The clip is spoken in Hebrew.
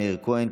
מאיר כהן,